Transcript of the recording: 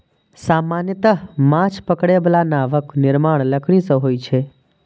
सामान्यतः माछ पकड़ै बला नावक निर्माण लकड़ी सं होइ छै